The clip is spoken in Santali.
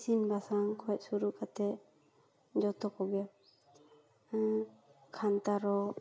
ᱤᱥᱤᱱ ᱵᱟᱥᱟᱝ ᱠᱷᱚᱱ ᱥᱩᱨᱩ ᱠᱟᱛᱮ ᱡᱚᱛᱚ ᱠᱚᱜᱮ ᱠᱷᱟᱱᱛᱟ ᱨᱚᱜ